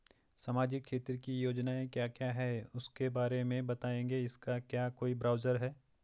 सामाजिक क्षेत्र की योजनाएँ क्या क्या हैं उसके बारे में बताएँगे इसका क्या कोई ब्राउज़र है?